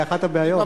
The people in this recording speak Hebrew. זו אחת הבעיות.